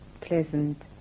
pleasant